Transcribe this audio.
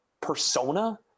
persona